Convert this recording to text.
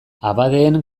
abadeen